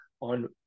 on